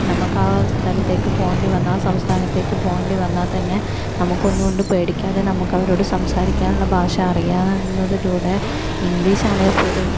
നമുക്ക് ആ സ്ഥലത്തേക്ക് പോവേണ്ടിവന്നാൽ ആ സംസ്ഥാനത്തേക്ക് പോവേണ്ടിവന്നാൽ തന്നെ നമുക്കൊന്നുകൊണ്ടും പേടിക്കാതെ നമ്മുക്കവരോട് സംസാരിക്കാനുള്ള ഭാഷ അറിയാവുന്നതിലൂടെ ഇംഗ്ലീഷ് ആണേല് പോലും